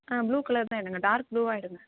ஆ blue colour தான் எடுங்கள் dark ப்ளூவாக எடுங்கள்